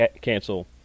cancel